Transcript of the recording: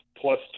plus